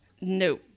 No